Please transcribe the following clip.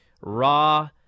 Raw